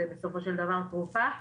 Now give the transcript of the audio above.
זה בסופו של דבר תרופה.